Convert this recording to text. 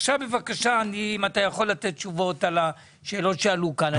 עכשיו, אם אתה יכול לתת תשובות לשאלות שעלו כאן.